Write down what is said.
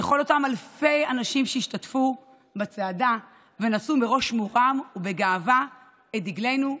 לכל אותם אלפי אנשים שהשתתפו בצעדה ונשאו בראש מורם ובגאווה את דגלנו,